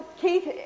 Keith